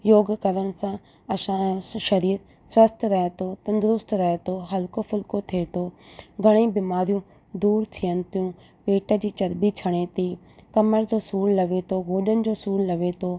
योग करण सां असांजो शरीर स्वस्थ रहे थो तंदुरुस्त रहे थो हलिको फुलिको थिए थो घणेई बीमारियूं दूरि थियनि थियूं पेट जी चर्बी छणे थी कमरि जो सूरु लहे थो गोॾनि जो सूरु लहे थो